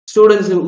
Students